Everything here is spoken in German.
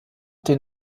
den